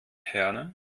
herne